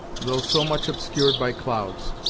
though so much obscured by clouds.